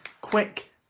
quick